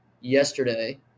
yesterday